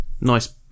nice